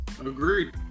Agreed